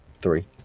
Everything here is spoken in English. three